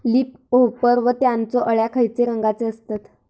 Leaf hopper व त्यानचो अळ्या खैचे रंगाचे असतत?